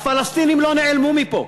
הפלסטינים לא נעלמו מפה,